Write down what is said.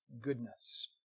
goodness